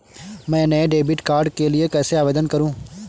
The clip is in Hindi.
मैं नए डेबिट कार्ड के लिए कैसे आवेदन करूं?